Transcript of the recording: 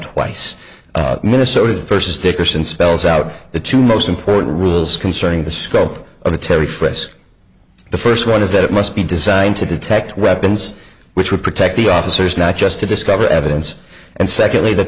twice minnesota versus dickerson spells out the two most important rules concerning the scope of the terry frisk the first one is that it must be designed to detect weapons which would protect the officers not just to discover evidence and secondly that